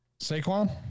Saquon